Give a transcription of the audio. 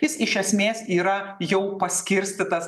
jis iš esmės yra jau paskirstytas